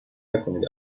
نکنید